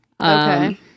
Okay